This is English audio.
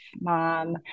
mom